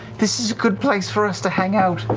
this is a good place for us to hang out.